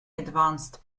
advanced